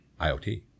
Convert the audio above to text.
IoT